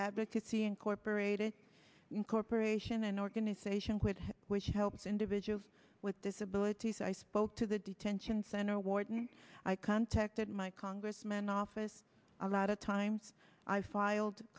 advocacy incorporated corporation an organization with which helps individuals with disabilities i spoke to the detention center warden i contacted my congressman office a lot of times i filed a